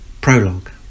Prologue